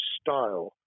style